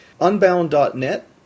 unbound.net